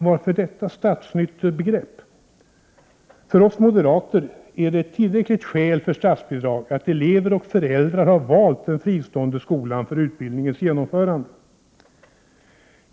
Varför detta statsnyttobegrepp? För oss moderater är det ett tillräckligt skäl för att få statsbidrag att elever och föräldrar har valt den fristående skolan för utbildningens genomförande.